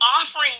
offering